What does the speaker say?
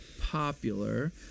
popular